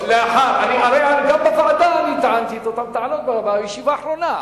הרי גם בוועדה אני טענתי את אותן טענות בישיבה האחרונה.